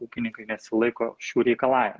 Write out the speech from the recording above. ūkininkai nesilaiko šių reikalavimų